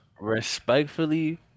Respectfully